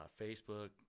Facebook